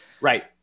Right